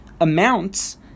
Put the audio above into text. amounts